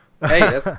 Hey